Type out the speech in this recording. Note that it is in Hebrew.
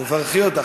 תברכי אותה.